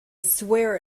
swear